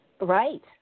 Right